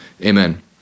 Amen